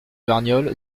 verniolle